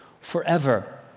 forever